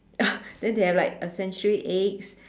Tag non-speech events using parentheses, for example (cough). (laughs) then they have like a century egg